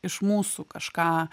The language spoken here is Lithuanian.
iš mūsų kažką